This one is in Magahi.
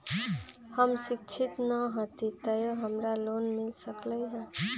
हम शिक्षित न हाति तयो हमरा लोन मिल सकलई ह?